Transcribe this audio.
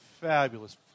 fabulous